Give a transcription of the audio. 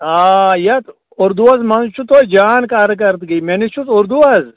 آ یتھ اُردوس منٛز چھُ توتہِ جان کارکردٕگی مےٚ نِش چھُس اُردو حظ